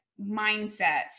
mindset